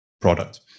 product